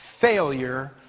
failure